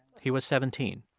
he was seventeen.